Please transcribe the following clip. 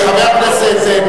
חברי הכנסת,